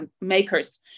makers